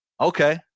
Okay